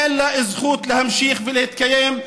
אין לה זכות להמשיך ולהתקיים.